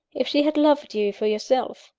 if she had loved you for yourself,